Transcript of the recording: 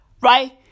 right